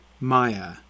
Maya